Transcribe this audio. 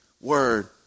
Word